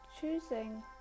choosing